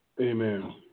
Amen